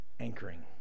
anchoring